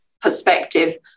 perspective